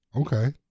Okay